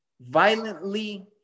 violently